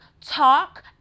talk